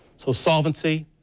so saul vnsy,